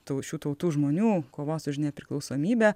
tų šių tautų žmonių kovos už nepriklausomybę